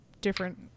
different